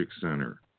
center